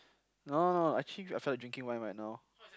no no no actually I feel like drinking wine right now